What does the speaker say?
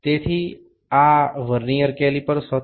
તેથી આ vernier caliper હતું